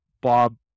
bob